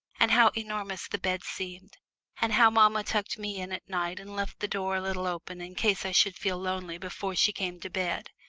and how enormous the bed seemed and how mamma tucked me in at night and left the door a little open in case i should feel lonely before she came to bed.